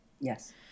Yes